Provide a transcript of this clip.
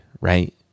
right